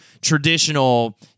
traditional